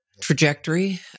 trajectory